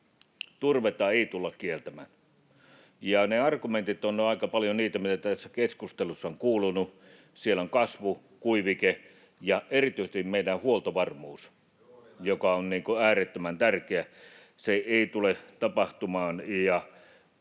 Turvetta ei tulla kieltämään. Ne argumentit ovat nyt aika paljon niitä, mitä tässä keskustelussa on kuulunut. Siellä on kasvu, kuivike ja erityisesti meidän huoltovarmuus, [Petri Huru: Juuri näin!] joka on äärettömän tärkeä. Se ei tule tapahtumaan.